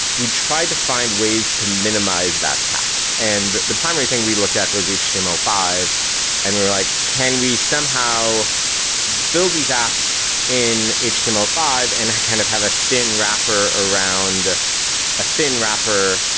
we tried to find ways to minimize that tax. and the primary thing we looked at was h t m l five and we were like, can we somehow build these apps in h t m l five and kind of have a thin wrapper around a thin wrapper,